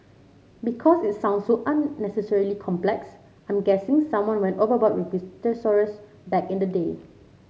because it sounds so unnecessarily complex I'm guessing someone went overboard with his thesaurus back in the day